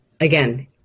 again